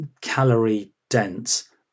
calorie-dense